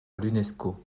l’unesco